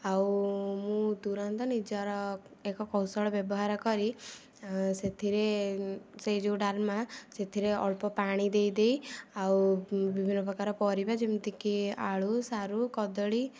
ଆଉ ମୁଁ ତୁରନ୍ତ ନିଜର ଏକ କୌଶଳ ବ୍ୟବହାର କରି ସେଥିରେ ସେଇ ଯେଉଁ ଡାଲମା ସେଥିରେ ଅଳ୍ପ ପାଣି ଦେଇ ଦେଇ ଆଉ ବିଭିନ୍ନ ପ୍ରକାର ପରିବା ଯେମିତିକି ଆଳୁ ସାରୁ କଦଳୀ